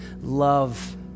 love